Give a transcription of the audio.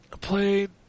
played